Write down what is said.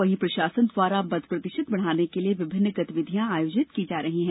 वहीं प्रशासन द्वारा मत प्रतिशत बढ़ाने के लिए विभिन्न गतिविधियां आयोजित की जा रही है